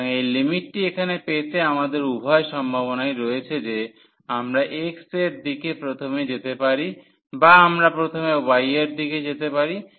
সুতরাং এই লিমিটটি এখানে পেতে আমাদের উভয় সম্ভাবনাই রয়েছে যে আমরা x এর দিকে প্রথমে যেতে পারি বা আমরা প্রথমে y এর দিকে যেতে পারি